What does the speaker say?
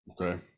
okay